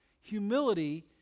humility